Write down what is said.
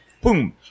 Boom